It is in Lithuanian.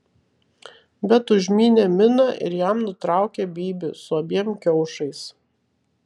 bet užmynė miną ir jam nutraukė bybį su abiem kiaušais